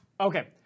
Okay